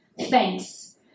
thanks